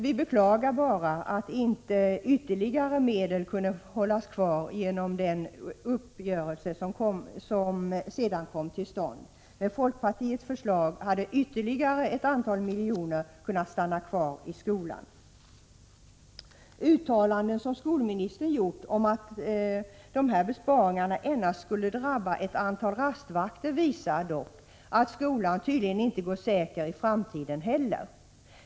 Vi beklagar bara att inte ytterligare medel kunde hållas kvar genom den uppgörelse som sedan kom till stånd. Med folkpartiets förslag hade ytterligare ett antal miljoner kunnat stanna kvar i grundskolan. Uttalanden som skolministern gjort om att besparingarna endast skulle drabba ett antal rastvakter visar dock att skolan tydligen inte går säker i framtiden heller.